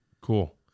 Cool